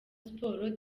sport